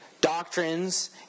doctrines